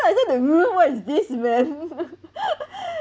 I think they ruin what is this man